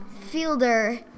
Fielder